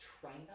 trainer